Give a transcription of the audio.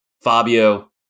Fabio